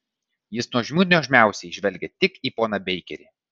jis nuožmių nuožmiausiai žvelgia tik į poną beikerį